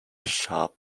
sharp